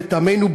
לטעמנו,